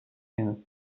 since